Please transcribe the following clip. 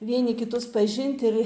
vieni kitus pažint ir